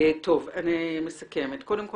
אני מסכמת: קודם כל,